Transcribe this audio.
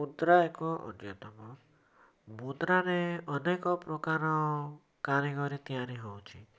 ମୁଦ୍ରା ଏକ ଅନ୍ୟତମ ମୁଦ୍ରା ରେ ଅନେକ ପ୍ରକାର କାରିଗରୀ ତିଆରି ହେଉଛି